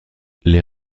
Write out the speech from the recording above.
les